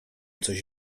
coś